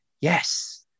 Yes